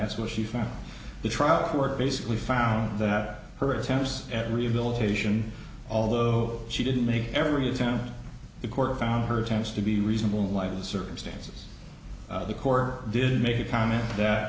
that's where she found the tryout work basically found that her attempts at rehabilitation although she didn't make every attempt the court found her tennis to be reasonable in light of the circumstances the core did make a comment that